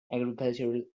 agricultural